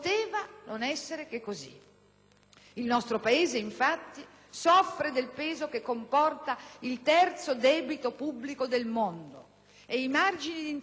Il nostro Paese, infatti, soffre del peso che comporta il terzo debito pubblico del mondo e i margini di intervento sono estremamente ridotti.